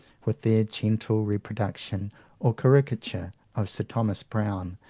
with their gentle reproduction or caricature of sir thomas browne,